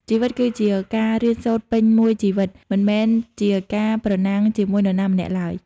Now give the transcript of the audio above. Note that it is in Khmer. ជីវិតគឺជាការរៀនសូត្រពេញមួយជីវិត មិនមែនជាការប្រណាំងជាមួយនរណាម្នាក់ឡើយ។